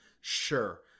sure